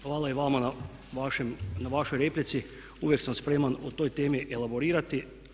Hvala i vama na vašoj replici, uvijek sam spreman o toj temi elaborirati.